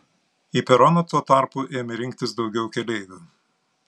į peroną tuo tarpu ėmė rinktis daugiau keleivių